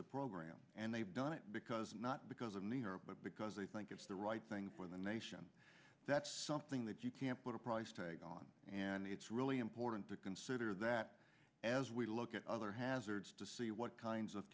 the program and they've done it because not because of new york but because they think it's the right thing for the nation that's something that you can put a price tag on and it's really important to consider that as we look at other hazards to see what kinds of